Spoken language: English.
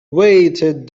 weighted